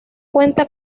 cuenta